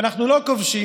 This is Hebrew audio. ואנחנו לא כובשים,